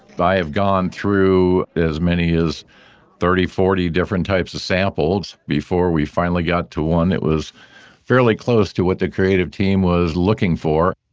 but i have gone through as many as thirty, forty different types of samples before we finally got to one that was fairly close to what the creative team was looking for